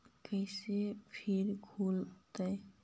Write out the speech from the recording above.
कैसे फिन खुल तय?